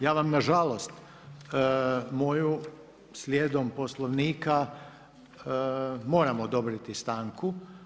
Ja vam nažalost moju slijedom Poslovnika, moram odobriti stanku.